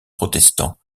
protestants